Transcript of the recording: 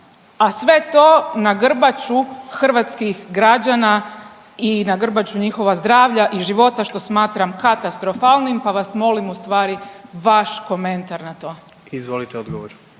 A sve to na grbaču hrvatskih građana i na grbaču njihova zdravlja i života što smatram katastrofalnim pa vas molim ustvari vaš komentar na to. **Jandroković,